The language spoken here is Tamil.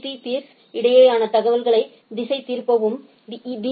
பீ பீர்ஸ் இடையேயான தகவல்களை திசைதிருப்பவும் பி